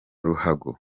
ruhago